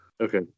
Okay